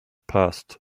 passed